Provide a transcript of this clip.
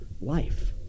life